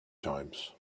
times